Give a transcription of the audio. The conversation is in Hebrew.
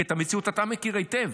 כי את המציאות אתה מכיר היטב,